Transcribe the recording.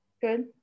Good